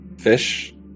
fish